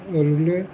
ৰুলে